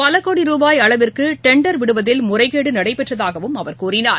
பலகோடி ரூபாய் அளவிற்குடெண்டர் விடுவதில் முறைகேடுநடைபெற்றதாகவும் அவர் கூறினார்